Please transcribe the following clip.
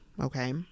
okay